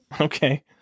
Okay